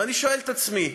ואני שואל את עצמי: